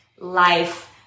life